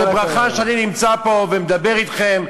זו ברכה שאני נמצא פה ומדבר אתכם,